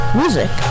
music